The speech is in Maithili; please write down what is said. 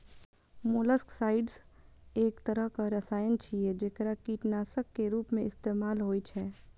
मोलस्कसाइड्स एक तरहक रसायन छियै, जेकरा कीटनाशक के रूप मे इस्तेमाल होइ छै